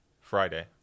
Friday